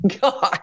God